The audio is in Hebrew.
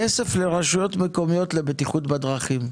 כסף לרשויות מקומיות לבטיחות בדרכים.